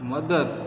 મદદ